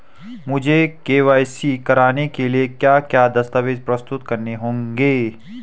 मुझे के.वाई.सी कराने के लिए क्या क्या दस्तावेज़ प्रस्तुत करने होंगे?